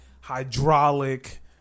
hydraulic